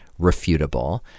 refutable